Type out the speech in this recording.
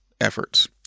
efforts